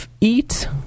eat